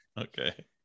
Okay